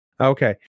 Okay